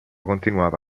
continuava